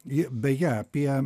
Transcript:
ji beje apie